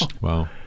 Wow